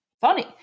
funny